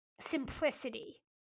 simplicity